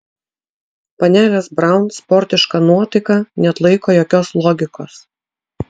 panelės braun sportiška nuotaika neatlaiko jokios logikos